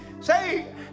Say